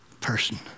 person